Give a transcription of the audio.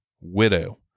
Widow